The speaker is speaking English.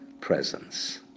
presence